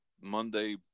Monday